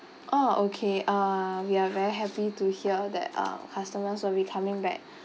orh okay uh we are very happy to hear that uh customers will be coming back